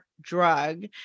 drug